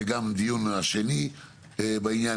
זה דיון שני בעניין,